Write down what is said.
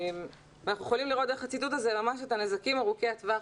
אנחנו יכולים לראות איך הציטוט הזה מביא לנזקים ארוכי הטווח,